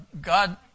God